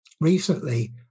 recently